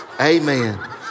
Amen